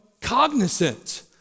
cognizant